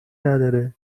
نداره